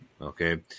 Okay